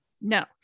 No